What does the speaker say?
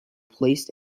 placed